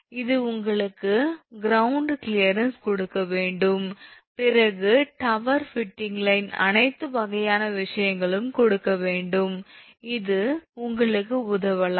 இது உங்களுக்கு ground clearance கொடுக்க வேண்டும் பிறகு டவர் ஃபுடிங் லைன் அனைத்து வகையான விஷயங்களையும் கொடுக்க வேண்டும் அது உங்களுக்கு உதவலாம்